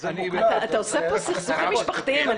אתה עושה כאן סכסוכים משפחתיים.